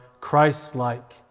Christ-like